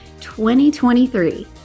2023